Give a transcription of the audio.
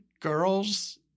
girls